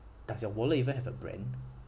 does your wallet even have a brand